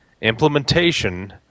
implementation